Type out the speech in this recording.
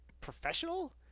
professional